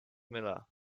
miller